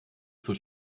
zur